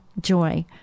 joy